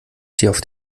trifft